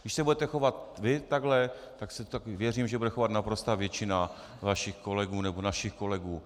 Když se budete chovat vy takhle, tak věřím, že se takhle bude chovat naprostá většina vašich kolegů nebo našich kolegů.